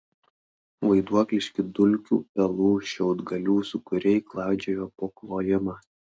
vaiduokliški dulkių pelų šiaudgalių sūkuriai klaidžiojo po klojimą